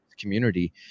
community